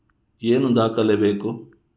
ಏನು ದಾಖಲೆ ಬೇಕು?